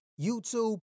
YouTube